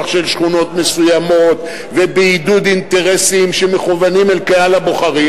של שכונות מסוימות ובעידוד אינטרסים שמכוונים לקהל הבוחרים,